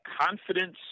confidence